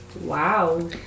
Wow